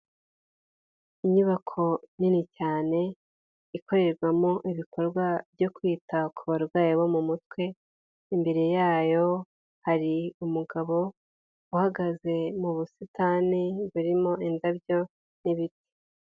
Inyubako nini cyane, ikorerwamo ibikorwa byo kwita ku barwayi bo mu mutwe, imbere yayo hari umugabo uhagaze mu busitani burimo indabyo n'ibiti.